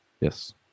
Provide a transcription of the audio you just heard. Yes